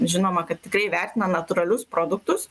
žinoma kad tikrai vertina natūralius produktus